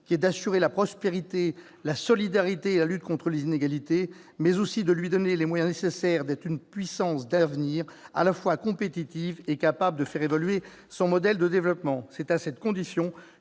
qui est d'assurer la prospérité, la solidarité et la lutte contre les inégalités. Il nous faut aussi donner à l'Union les moyens nécessaires pour être une puissance d'avenir, à la fois compétitive et capable de faire évoluer son modèle de développement. C'est à cette condition